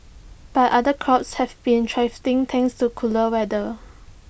finance was not A factor